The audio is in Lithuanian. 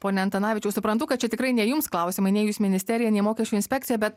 pone antanavičiau suprantu kad čia tikrai ne jums klausimai nei jūs ministerija nei mokesčių inspekcija bet